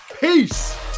peace